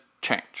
change